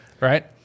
Right